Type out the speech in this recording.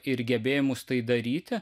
ir gebėjimus tai daryti